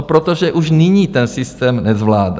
Protože už nyní ten systém nezvládá.